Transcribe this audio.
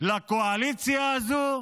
לקואליציה הזאת,